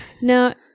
No